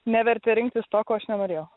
nevertė rinktis to ko aš nenorėjau